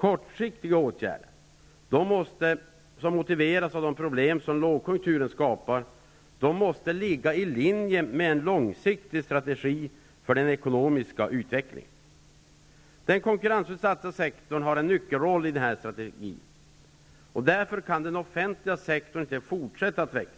Kortsiktiga åtgärder, motiverade av de problem som lågkonjunkturen skapar, måste ligga i linje med en långsiktig strategi för den ekonomiska utvecklingen. Den konkurrensutsatta sektorn har en nyckelroll i fråga om den här strategin. Därför kan den offentliga sektorn inte fortsätta att växa.